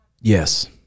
Yes